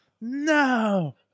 no